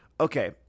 Okay